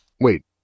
Wait